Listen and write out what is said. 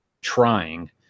trying